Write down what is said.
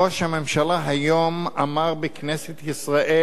ראש הממשלה היום אמר בכנסת ישראל: